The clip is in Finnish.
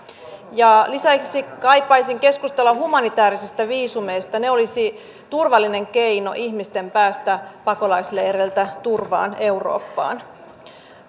lisäksi kaipaisin keskustelua humanitäärisistä viisumeista se olisi turvallinen keino ihmisten päästä pakolaisleireiltä turvaan eurooppaan